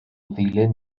ddulyn